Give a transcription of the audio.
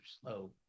slow